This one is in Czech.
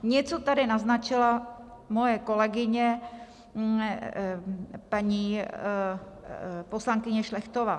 Něco tady naznačila moje kolegyně paní poslankyně Šlechtová.